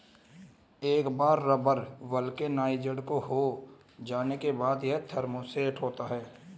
एक बार rubber vulcanised हो जाने के बाद, यह थर्मोसेट होता है